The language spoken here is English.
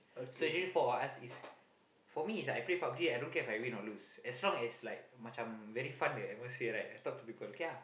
so actually four of us is for me is I play Pub-G I don't care If I win or lose as long as like macam very fun the atmosphere right I talk to people okay ah